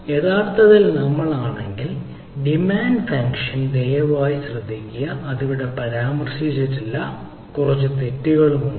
യഥാർത്ഥത്തിൽ നമ്മൾ ആണെങ്കിൽ ഡിമാൻഡ് ഫംഗ്ഷൻ ദയവായി ശ്രദ്ധിക്കുക അവിടെ അത് ഇവിടെ പരാമർശിച്ചിട്ടില്ല കുറച്ച് അക്ഷരത്തെറ്റുണ്ട്